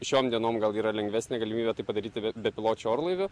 šiom dienom gal yra lengvesnė galimybė tai padaryti be bepiločiu orlaiviu